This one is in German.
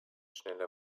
schnelle